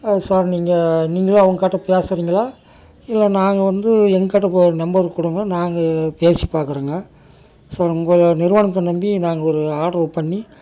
sir நீங்கள் நீங்களே அவங்ககிட்ட பேசுகிறீங்களா இல்லை நாங்கள் வந்து எங்ககிட்ட ப நம்பர் கொடுங்க நாங்கள் பேசி பார்க்குறோங்க ஸோ உங்கள் நிறுவனத்தை நம்பி நாங்கள் ஒரு ஆட்ரு பண்ணி